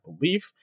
belief